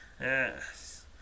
Yes